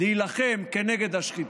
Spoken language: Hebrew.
להילחם כנגד השחיתות.